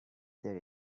there